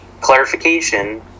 clarification